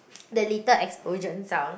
the little explosion sound